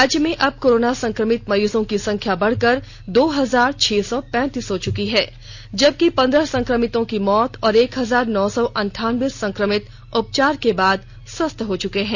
राज्य में अब कोरोना संक्रमित मरीजों की संख्या बढ़कर दो हजार छह सौ पैंतीस हो चुकी है जबकि पंद्रह संक्रमितों की मौत और एक हजार नौ सौ अंठानबे संक्रमित उपचार के बाद स्वस्थ हो चुके हैं